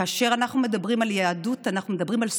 כאשר אנחנו מדברים על יהדות,